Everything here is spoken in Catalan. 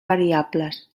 variables